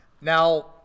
now